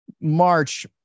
March